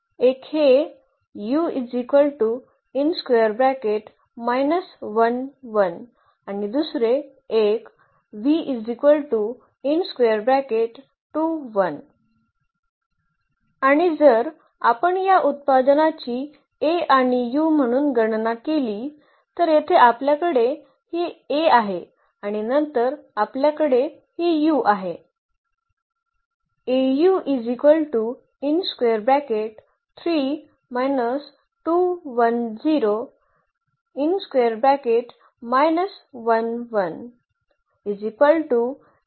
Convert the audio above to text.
एक हे आणि दुसरे एक आणि जर आपण या उत्पादनाची A आणि u म्हणून गणना केली तर येथे आपल्याकडे हे A आहे आणि नंतर आपल्याकडे हे u आहे